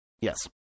Yes